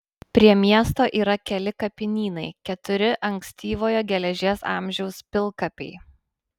prie miesto yra keli kapinynai keturi ankstyvojo geležies amžiaus pilkapiai